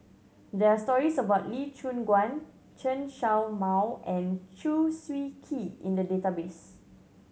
there are stories about Lee Choon Guan Chen Show Mao and Chew Swee Kee in the database